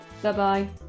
Bye-bye